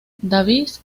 davis